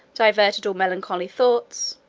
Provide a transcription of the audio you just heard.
diverted all melancholy thoughts,